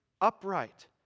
upright